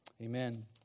Amen